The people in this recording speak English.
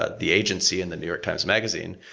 ah the agency in the new york times magazine,